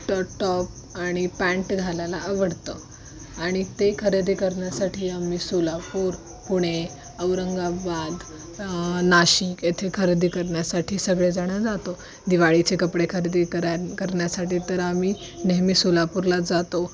ट टॉप आणि पॅन्ट घालायला आवडतं आणि ते खरेदी करण्यासाठी आम्ही सोलापूर पुणे औरंगाबाद नाशिक येथे खरेदी करण्यासाठी सगळेजणं जातो दिवाळीचे कपडे खरेदी कराय करण्यासाठी तर आम्ही नेहमी सोलापूरला जातो